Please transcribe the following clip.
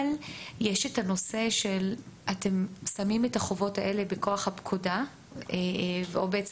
אבל יש את הנושא שאתם שמים את החובות האלה בכוח הפקודה או בעצם